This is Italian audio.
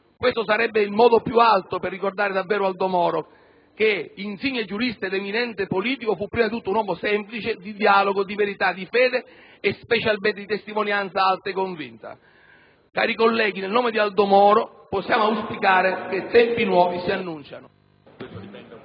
questo sarebbe il modo più alto per ricordare davvero Aldo Moro che, insigne giurista ed eminente politico, fu prima di tutto un uomo semplice, di dialogo, di verità, di fede e specialmente di testimonianza alta e convinta. Cari colleghi, nel nome di Aldo Moro, possiamo auspicare che "tempi nuovi si annunciano".